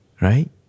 right